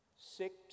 six